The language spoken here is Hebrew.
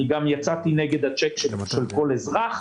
אני גם יצאתי נגד הצ'ק שניתן לכל אזרח.